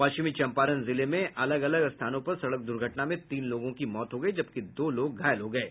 पश्चिम चम्पारण जिले में अलग अलग स्थानों पर सड़क दुर्घटना में तीन लोगों की मौत हो गयी जबकि दो लोग घायल हो गये